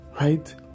right